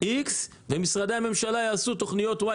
X ומשרדי הממשלה יעשו תוכניות Y,